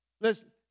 Listen